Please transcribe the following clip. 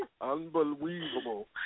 Unbelievable